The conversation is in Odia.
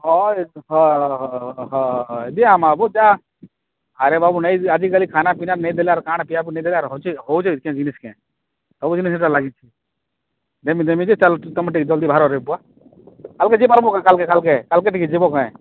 ହଏ ହଏ ଦିଅ ମାଗୁ ଯାହା ଆରେ ବାବୁ ନେଇ ଆଜିକାଲି ଖାନାପିନା ନେଇ ଦେଲାର୍ କାଣା ପିଆପିଇ ନେଇ ଦେଲାର୍ ହେଉଛି ହେଉଛି କିନ୍ ଜିନିଷ୍ କେଁ ସବୁଦିନେ ସେଟା ଲାଗିଛି ଯେମିତି ଚାଲିଛି ତୁମେ ଟିକେ ଜଲ୍ଦି ବାହାରେ ବା ଆଉ କିଛି ପାର୍ବୋକେ କାଲ୍କେ କାଲ୍କେ କାଲ୍କେ ଟିକେ ଯିବୋ କେଁ